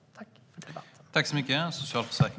Tack för debatten!